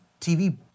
TV